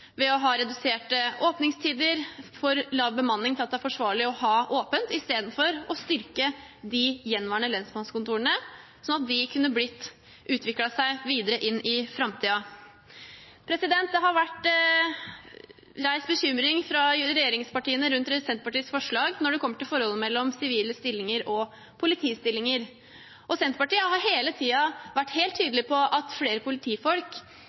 ved å ha reduserte åpningstider og for lav bemanning til at det er forsvarlig å ha åpent, istedenfor å styrke de gjenværende lensmannskontorene, slik at de kunne utviklet seg videre inn i framtiden. Det har vært reist bekymring fra regjeringspartiene rundt Senterpartiets forslag når det kommer til forholdet mellom sivile stillinger og politistillinger. Senterpartiet har hele tiden vært helt tydelig på at flere politifolk